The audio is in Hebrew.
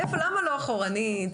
למה לא אחורנית?